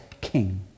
king